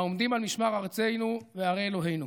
העומדים על משמר ארצנו וערי אלוקינו,